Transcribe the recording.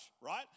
right